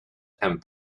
and